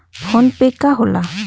PhonePe का होला?